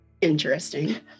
interesting